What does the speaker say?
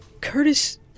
Curtis